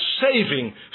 saving